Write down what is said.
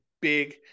big